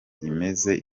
imeze